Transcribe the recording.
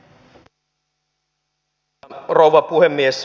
arvoisa rouva puhemies